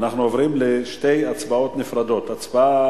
אנחנו עוברים לשתי הצבעות נפרדות: הצבעה